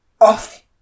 off